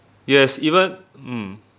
yes even mm